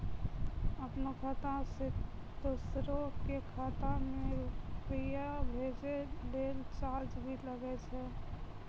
आपनों खाता सें दोसरो के खाता मे रुपैया भेजै लेल चार्ज भी लागै छै?